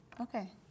Okay